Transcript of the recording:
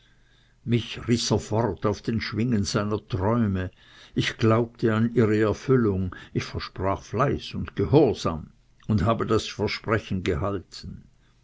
mich riß er fort auf den schwingen seiner träume ich glaubte an ihre erfüllung ich versprach fleiß und gehorsam und habe das versprechen gehalten